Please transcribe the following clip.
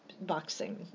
boxing